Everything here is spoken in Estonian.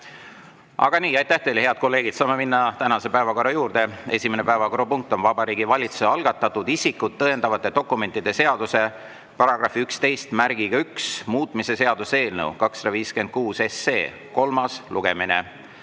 Aga aitäh teile, head kolleegid! Saame minna tänase päevakorra juurde. Esimene päevakorrapunkt on Vabariigi Valitsuse algatatud isikut tõendavate dokumentide seaduse § 111muutmise seaduse eelnõu 256 kolmas lugemine.